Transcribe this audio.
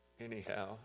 anyhow